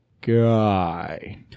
guy